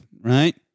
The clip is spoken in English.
right